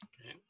okay